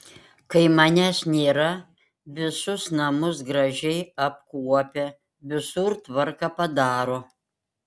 kai manęs nėra visus namus gražiai apkuopia visur tvarką padaro